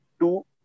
two